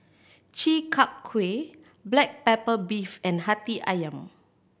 Chi Kak Kuih black pepper beef and Hati Ayam